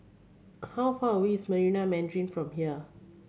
how far away is Marina Mandarin from here